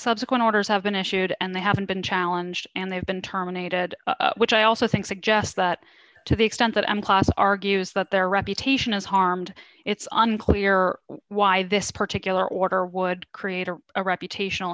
subsequent orders have been issued and they haven't been challenge and they've been terminated which i also think suggests that to the extent that i'm class argues that their reputation is harmed it's unclear why this particular order would create a reputation